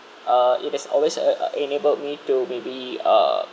uh it has always uh enabled me to maybe uh